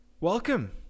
Welcome